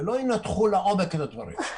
ולא ינתחו לעומק את הדברים.